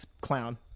clown